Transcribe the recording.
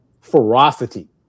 ferocity